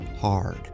hard